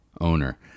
owner